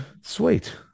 Sweet